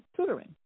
tutoring